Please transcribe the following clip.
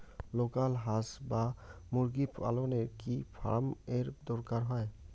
Local হাস বা মুরগি পালনে কি ফার্ম এর দরকার হয়?